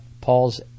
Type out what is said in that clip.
Paul's